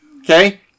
Okay